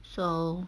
so